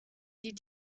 die